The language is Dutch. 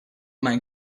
mijn